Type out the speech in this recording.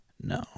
no